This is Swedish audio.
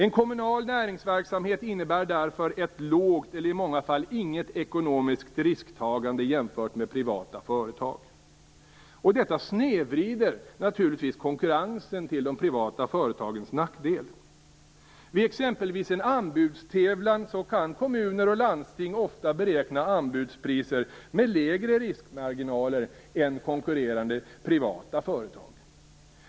En kommunal näringsverksamhet innebär därför ett lågt, eller i många fall inget, ekonomiskt risktagande jämfört med privata företag. Detta snedvrider naturligtvis konkurrensen till de privata företagens nackdel. Vid exempelvis en anbudstävlan kan kommuner och landsting ofta beräkna anbudspriser med lägre riskmarginaler än konkurrerande privata företag.